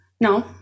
no